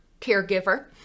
caregiver